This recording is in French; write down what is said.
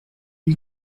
lui